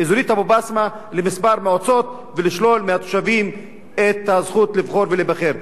האזורית אבו-בסמה לכמה מועצות ולשלול מהתושבים את הזכות לבחור ולהיבחר.